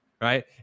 right